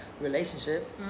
relationship